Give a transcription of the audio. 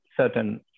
certain